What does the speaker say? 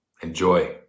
Enjoy